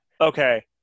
okay